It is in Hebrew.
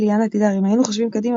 אליאנה תדהר "אם היינו חושבים קדימה,